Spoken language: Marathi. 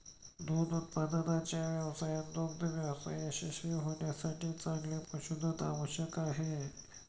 दूध उत्पादनाच्या व्यवसायात दुग्ध व्यवसाय यशस्वी होण्यासाठी चांगले पशुधन आवश्यक आहे